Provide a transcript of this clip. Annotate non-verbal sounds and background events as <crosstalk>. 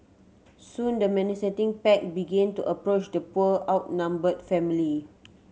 soon the <unintelligible> bag begin to approach the poor outnumbered family